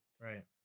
right